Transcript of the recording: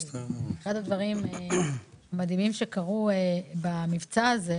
אחד הדברים המדהימים שקרו במבצע הזה,